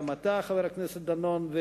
גם אתה, חבר הכנסת דנון.